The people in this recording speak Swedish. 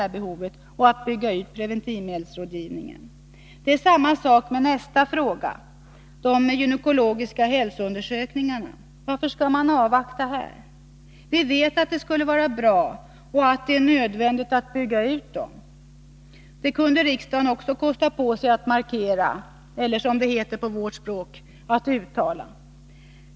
Det är samma sak med nästa fråga, de gynekologiska hälsoundersökningarna. Varför skall man avvakta här? Vi vet att det skulle vara bra, ja, att det är nödvändigt att bygga ut dessa. Det kunde riksdagen också kosta på sig att markera — eller, som det heter på vårt språk, att uttala.